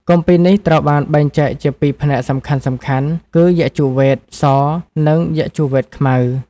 គម្ពីរនេះត្រូវបានបែងចែកជា ២ ផ្នែកសំខាន់ៗគឺ យជុវ៌េទ ស និងយជុវ៌េទខ្មៅ។